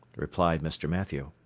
replied mr. mathew.